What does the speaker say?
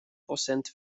procent